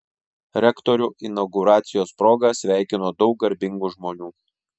rektorių inauguracijos proga sveikino daug garbingų žmonių